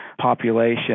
population